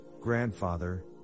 grandfather